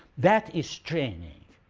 that is training.